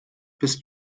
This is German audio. bis